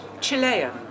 Chilean